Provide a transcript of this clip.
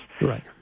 Right